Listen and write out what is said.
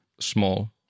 small